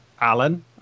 Alan